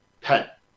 pet